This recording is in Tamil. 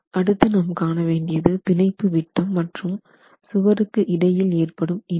அடுத்து நாம் காணவேண்டியது பிணைப்பு விட்டம் மற்றும் சுவருக்கு இடையில் ஏற்படும் இணைப்பு